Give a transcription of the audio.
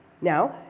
Now